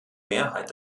mehrheit